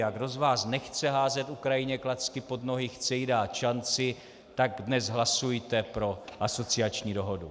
A kdo z vás nechce házet Ukrajině klacky pod nohy, chce jí dát šanci, tak dnes hlasujte pro asociační dohodu.